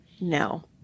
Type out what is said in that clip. No